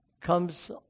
comes